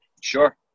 Sure